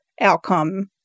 outcome